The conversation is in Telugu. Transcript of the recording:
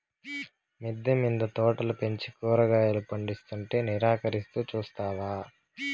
మిద్దె మింద తోటలు పెంచి కూరగాయలు పందిస్తుంటే నిరాకరిస్తూ చూస్తావా